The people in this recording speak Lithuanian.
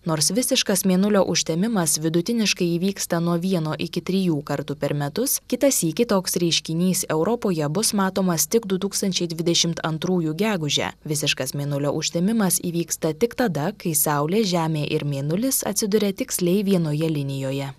nors visiškas mėnulio užtemimas vidutiniškai įvyksta nuo vieno iki trijų kartų per metus kitą sykį toks reiškinys europoje bus matomas tik du tūkstančiai dvidešimt antrųjų gegužę visiškas mėnulio užtemimas įvyksta tik tada kai saulė žemė ir mėnulis atsiduria tiksliai vienoje linijoje